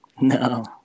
No